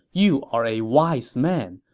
you are a wise man,